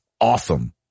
awesome